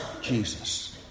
Jesus